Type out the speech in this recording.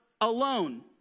alone